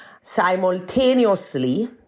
Simultaneously